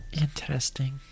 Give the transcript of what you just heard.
Interesting